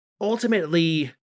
ultimately